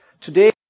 today